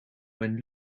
when